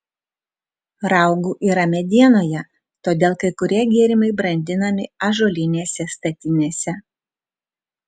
raugų yra medienoje todėl kai kurie gėrimai brandinami ąžuolinėse statinėse